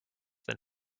than